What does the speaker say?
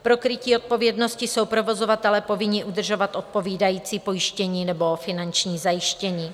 Pro krytí odpovědnosti jsou provozovatelé povinni udržovat odpovídající pojištění nebo finanční zajištění.